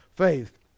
faith